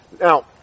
Now